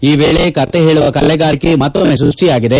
ಈ ವೇಳೆ ಕಥೆ ಹೇಳುವ ಕಲೆಗಾರಿಕೆ ಮತ್ತೊಮ್ಮೆ ಸೃಷ್ಷಿಯಾಗಿದೆ